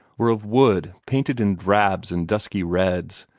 were of wood painted in drabs and dusky reds,